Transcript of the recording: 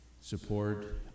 support